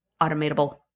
automatable